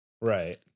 right